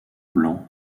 blanc